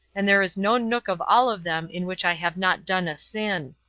and there is no nook of all of them in which i have not done a sin.